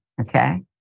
okay